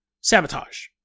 Sabotage